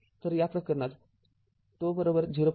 तर या प्रकरणात ζ ०